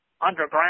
underground